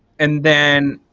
and then